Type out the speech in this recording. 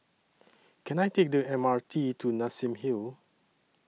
Can I Take The M R T to Nassim Hill